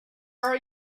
are